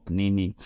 nini